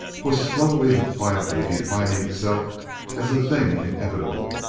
was slowly and quietly defining itself as a thing inevitable,